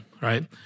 right